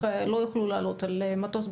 הם לא יוכלו לעלות על המטוס,